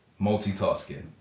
multitasking